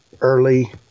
early